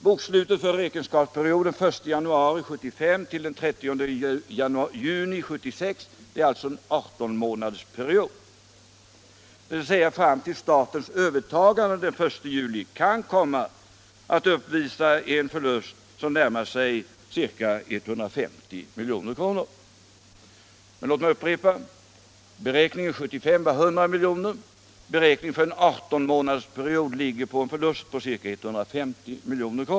Bokslutet för räkenskapsperioden 1 januari 1975 till den 30 juni 1976 — alltså en 18-månadersperiod, dvs. fram till statens övertagande den 1 juli — kan komma att uppvisa en förlust på omkring 150 milj.kr. Men låt mig upprepa: Beräkningen 1975 var 100 miljoner, beräkningen för en 18-månadersperiod ligger på en förlust på ca 150 miljoner.